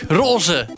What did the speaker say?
roze